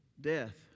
Death